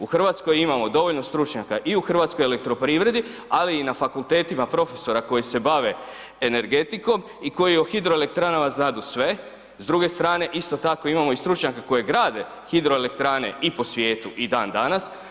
U Hrvatskoj imamo dovoljno stručnjaka i u HEP-u ali i na fakultetima profesora koji se bave energetikom i koji o hidroelektranama znadu sve, s druge strane isto tako imamo i stručnjaka koji grade hidroelektrane i po svijetu i dandanas.